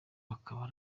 bakaba